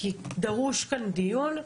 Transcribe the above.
כי דרוש כאן דיון.